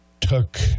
took